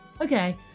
okay